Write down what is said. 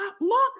look